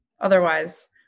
Otherwise